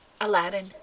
Aladdin